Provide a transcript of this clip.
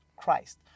Christ